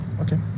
Okay